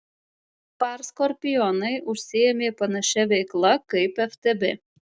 par skorpionai užsiėmė panašia veikla kaip ftb